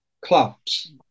clubs